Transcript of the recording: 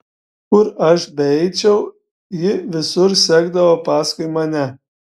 kur aš beeičiau ji visur sekdavo paskui mane